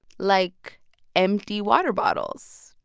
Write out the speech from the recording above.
like empty water bottles.